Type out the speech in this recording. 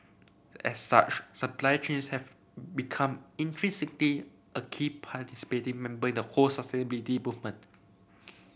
as such supply chains have become intrinsically a key participating member in the whole sustainability movement